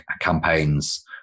campaigns